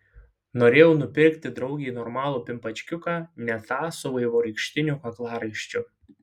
norėjau nupirkti draugei normalų pimpačkiuką ne tą su vaivorykštiniu kaklaraiščiu